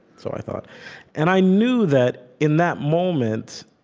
so i thought and i knew that, in that moment